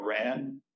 Iran